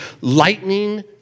Lightning